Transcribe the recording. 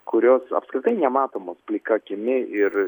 kurios apskritai nematomos plika akimi ir